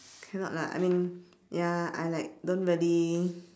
cannot lah I mean ya I like don't really